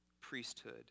priesthood